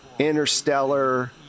interstellar